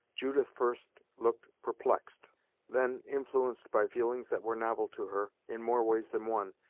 judith first looked perplexed then, influenced by feelings that were novel to her, in more ways than one,